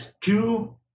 two